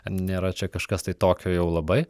nėra čia kažkas tai tokio jau labai